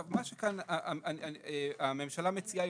מה שכאן הממשלה מציעה,